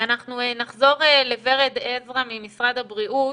אנחנו נחזור לוורד עזרא ממשרד הבריאות